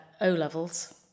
O-levels